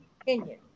opinion